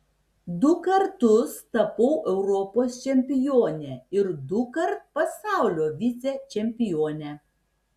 du kartus tapau europos čempione ir dukart pasaulio vicečempione